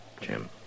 Jim